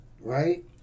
right